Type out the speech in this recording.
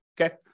Okay